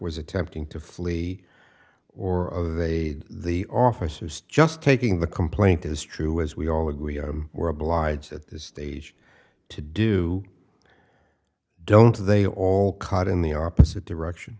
was attempting to flee or other they the officers just taking the complaint is true as we all agree we're obliged at this stage to do don't they all caught in the opposite direction